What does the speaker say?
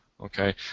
Okay